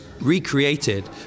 recreated